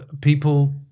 People